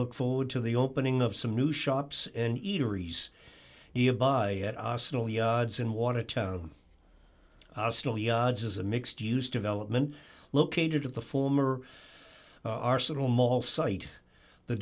look forward to the opening of some new shops and eateries by at arsenal yards in watertown arsenal yards is a mixed use development located of the former arsenal mall site the